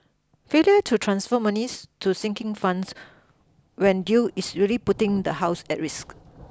failure to transfer monies to sinking funds when due is really putting the house at risk